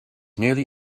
nearly